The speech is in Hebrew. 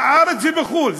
בארץ ובחוץ-לארץ,